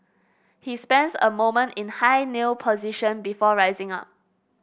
he spends a moment in high kneel position before rising up